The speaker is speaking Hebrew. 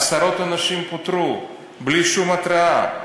ועשרות אנשים פוטרו בלי שום התרעה.